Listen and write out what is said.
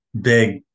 big